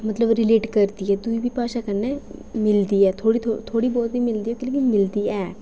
मतलब रिलेट करदी ऐ दूई बी भाशा कन्नै मिलदी ऐ थोह्ड़ी थोह्ड़ी बहुत गै मिलदी ऐ लेकिन मिलदी ऐ